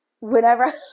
whenever